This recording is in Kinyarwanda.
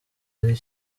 ari